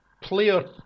Player